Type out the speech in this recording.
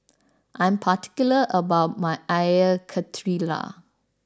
I am particular about my Air Karthira